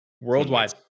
Worldwide